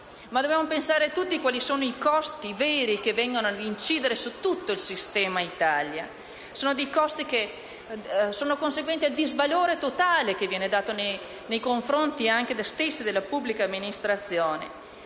Dobbiamo pensare tutti a quali sono i costi veri che vengono ad incidere su tutto il sistema Italia. Costi conseguenti al disvalore totale che viene prodotto nei confronti della stessa pubblica amministrazione,